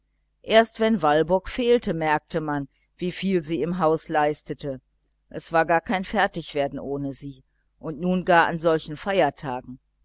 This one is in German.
erst wenn walburg fehlte merkte man wie viel sie im haus leistete es war gar kein fertigwerden ohne sie und nun gar in solchen ferientagen